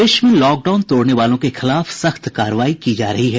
प्रदेश में लॉकडाउन तोड़ने वालों के खिलाफ सख्त कार्रवाई की जा रही है